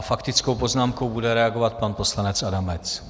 Faktickou poznámkou bude reagovat pan poslanec Adamec.